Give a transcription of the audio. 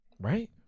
Right